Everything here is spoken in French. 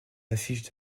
affiches